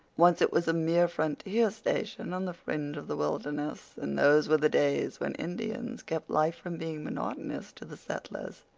once it was a mere frontier station on the fringe of the wilderness, and those were the days when indians kept life from being monotonous to the settlers.